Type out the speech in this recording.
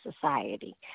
society